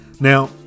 Now